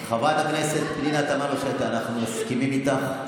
חברת הכנסת פנינה תמנו שטה, אנחנו מסכימים איתך.